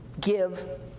Give